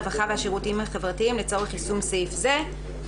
הרווחה והשירותים החברתיים לצורך יישום סעיף זה.".